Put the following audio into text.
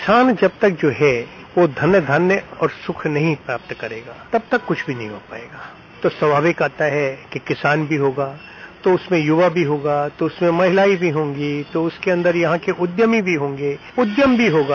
किसान जब तक जो है वह धन धान्य और सुख नहीं प्राप्त करेगा तब तक कुछ भी नहीं हो पायेगा तो स्वाभाविक आता है कि किसान भी होगा तो उसमें युवा भी होगा तो उसमें महिलाएं भी होंगी तो उसके अन्दर यहां के उद्यमी भी होंगे उद्यम भी होगा